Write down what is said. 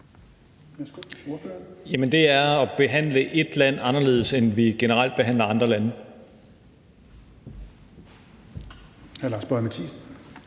det er at behandle ét land anderledes, end vi generelt behandler andre lande.